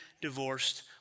divorced